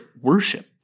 worship